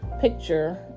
picture